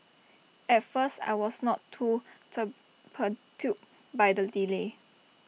at first I was not too perturbed by the delay